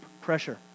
pressure